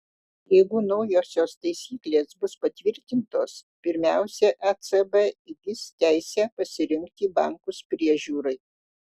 jeigu naujosios taisyklės bus patvirtintos pirmiausia ecb įgis teisę pasirinkti bankus priežiūrai